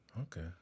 Okay